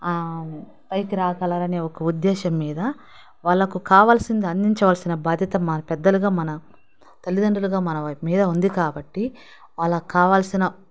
పైకి రాగలరు అని ఒక ఉద్దేశం మీద వాళ్ళకు కావాల్సింది అందించవలసిన బాధ్యత మన పెద్దలుగా మన తల్లిదండ్రులుగా మన మీద ఉంది కాబట్టి వాళ్ళకు కావాల్సిన